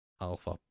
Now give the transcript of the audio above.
alpha